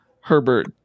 Herbert